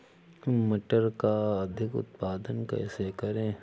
मटर का अधिक उत्पादन कैसे करें?